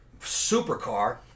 supercar